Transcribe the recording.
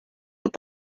have